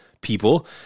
people